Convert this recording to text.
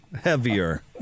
heavier